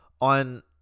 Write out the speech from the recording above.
on